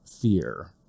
fear